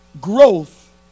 growth